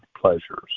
pleasures